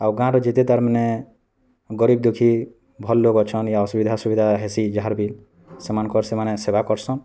ଆଉ ଗାଁରେ ଯେତେ ତା'ର୍ ମାନେ ଗରିବ୍ ଦୁଃଖୀ ଭଲ୍ ଲୋକ ଅଛନ୍ ୟା ଅସୁବିଧା ସୁବିଧା ହେସି ଯାହାର ବି ସେମାନଙ୍କର୍ ସେମାନେ ସେବା କରସନ୍